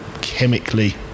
chemically